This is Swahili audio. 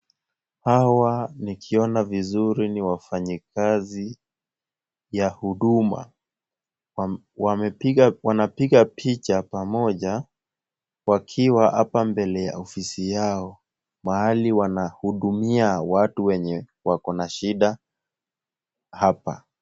Hawa nikiona vizuri ni wafanyikazi ya huduma. Wanapiga picha pamoja wakiwa hapa mbele ya ofisi yao, mahali wanahudumia watu wenye wako na shida hapa.